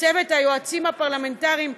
צוות היועצים הפרלמנטריים,